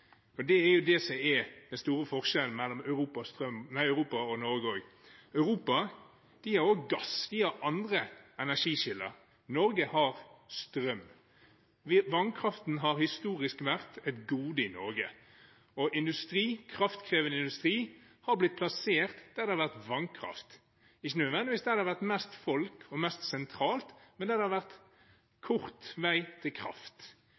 Det er jo det som er den store forskjellen mellom Europa og Norge også. Europa har også gass, de har andre energikilder. Norge har strøm. Vannkraften har historisk vært et gode i Norge, og industri, kraftkrevende industri, har blitt plassert der det har vært vannkraft – ikke nødvendigvis der det har vært mest folk og mest sentralt, men der det har vært kort vei til kraft.